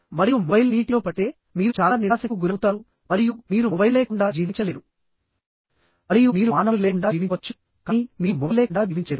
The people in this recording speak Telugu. మరియు మొబైల్ నీటిలో పడితే మీరు చాలా నిరాశకు గురవుతారు మరియు మీరు మొబైల్ లేకుండా జీవించలేరు మరియు మీరు మానవులు లేకుండా జీవించవచ్చు కానీ మీరు మొబైల్ లేకుండా జీవించలేరు